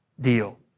deal